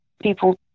people